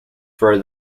for